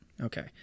Okay